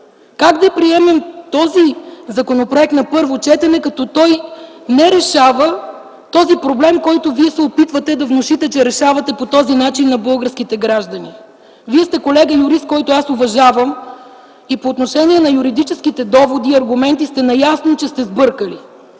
Как да приемем този законопроект на първо четене, като той не решава този проблем, който Вие се опитвате да внушите на българските граждани, че решавате по този начин? Вие сте колега юрист, когото аз уважавам, и по отношение на юридическите доводи и аргументи сте наясно, че сте сбъркали.